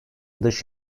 dış